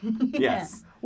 Yes